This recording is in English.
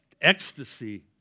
ecstasy